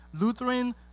Lutheran